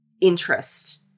interest